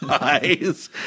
eyes